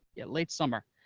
yeah, late summer.